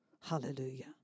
Hallelujah